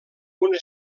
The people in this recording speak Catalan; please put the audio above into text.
una